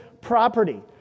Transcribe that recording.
property